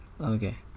Okay